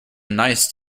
nice